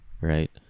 right